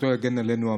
זכותו יגן עלינו,